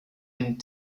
and